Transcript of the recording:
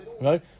Right